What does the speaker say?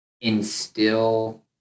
instill